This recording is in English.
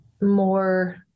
more